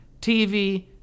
TV